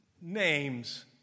names